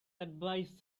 advise